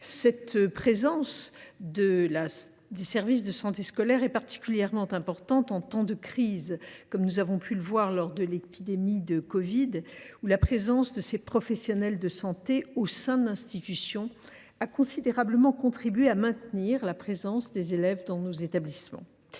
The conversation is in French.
La présence des services de santé scolaire est particulièrement importante en temps de crise, comme nous avons pu le mesurer lors de l’épidémie de covid 19, pendant laquelle la présence de ces professionnels de santé au sein de l’institution a considérablement contribué à maintenir la présence des élèves dans nos établissements.